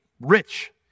rich